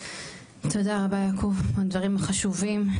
תודה רבה יעקב על הדברים החשובים,